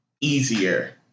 easier